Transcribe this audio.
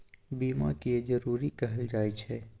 बीमा किये जरूरी कहल जाय छै?